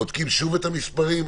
בודקים שוב את המספרים.